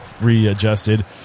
readjusted